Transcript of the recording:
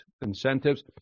incentives